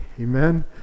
amen